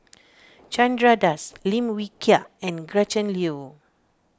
Chandra Das Lim Wee Kiak and Gretchen Liu